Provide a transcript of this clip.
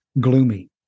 gloomy